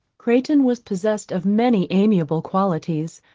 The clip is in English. crayton was possessed of many amiable qualities,